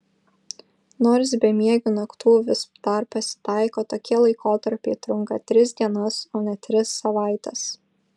nors bemiegių naktų vis dar pasitaiko tokie laikotarpiai trunka tris dienas o ne tris savaites